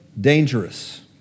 dangerous